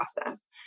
process